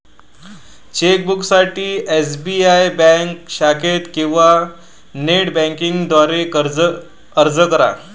चेकबुकसाठी SBI bank शाखेत किंवा नेट बँकिंग द्वारे अर्ज करा